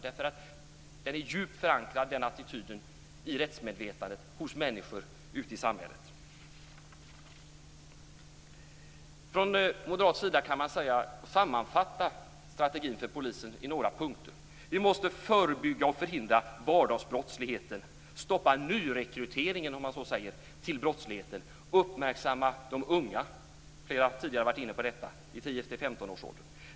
Den attityden är djupt förankrad i rättsmedvetandet hos människor ute i samhället. Vi kan från moderat sida sammanfatta strategin för polisen i några punkter. Vi måste förebygga och förhindra vardagsbrottsligheten, stoppa nyrekryteringen till brottsligheten och uppmärksamma de unga i 10-15-årsåldern. Flera tidigare talare har varit inne på detta.